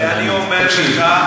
ואני אומר לך,